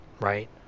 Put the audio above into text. right